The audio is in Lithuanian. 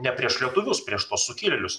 ne prieš lietuvius prieš tuos sukilėlius